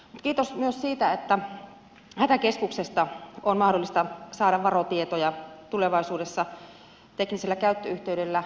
kiitos myös siitä että hätäkeskuksesta on mahdollista saada varotietoja tulevaisuudessa teknillisellä käyttöyhteydellä